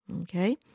Okay